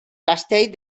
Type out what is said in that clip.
castell